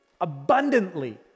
abundantly